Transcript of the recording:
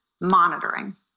monitoring